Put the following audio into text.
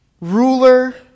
Ruler